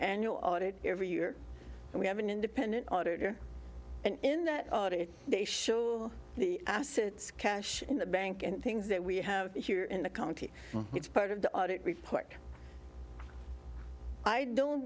annual audit every year and we have an independent auditor and in that audit they show the assets cash in the bank and things that we have here in the county it's part of the audit report i don't